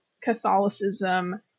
Catholicism